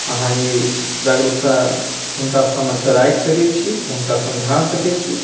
अहाँ ई जागरुकता हुनका समक्ष राखि सकैत छी हुनका समझा सकैत छी